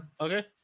Okay